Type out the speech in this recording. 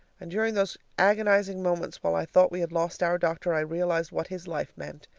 and during those agonizing moments while i thought we had lost our doctor, i realized what his life meant,